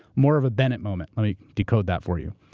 more of a bennett moment. let me decode that for you.